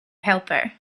helper